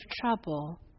trouble